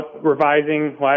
revising